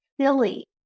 silly